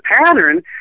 pattern